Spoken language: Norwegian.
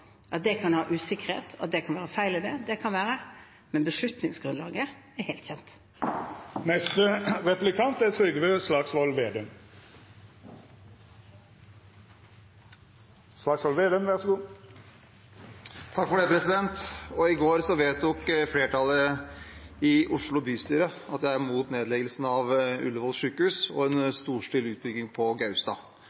At det kan ha usikkerhet, og at det kan være feil i det, det kan være. Men beslutningsgrunnlaget er helt kjent. I går vedtok flertallet i Oslo bystyre at de er mot nedleggelsen av Ullevål sykehus og